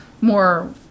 more